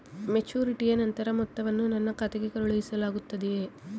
ಮೆಚುರಿಟಿಯ ನಂತರ ಮೊತ್ತವನ್ನು ನನ್ನ ಖಾತೆಗೆ ಕಳುಹಿಸಲಾಗುತ್ತದೆಯೇ?